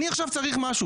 אני עכשיו צריך משהו,